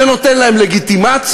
זה נותן להם לגיטימציה,